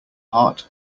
heart